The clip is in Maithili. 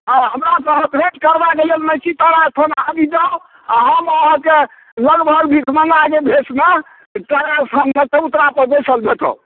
हँ हमरासँ अहाँ भेंट करबाके यऽ महिषी तारा स्थान आबि जाउ आ हम अहाँके लगभग भिखमङ्गाके भेषमे तारा स्थानमे चबूतरा पर बैसल भेटब